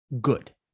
good